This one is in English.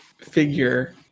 figure